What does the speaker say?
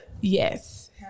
yes